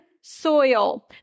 soil